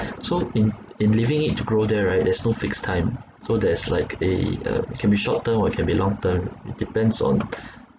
so in in leaving it to grow there right there's no fixed time so there's like a uh can be short term or can be long term it depends on